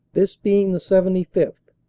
this being the seventy fifth.